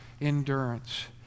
endurance